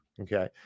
Okay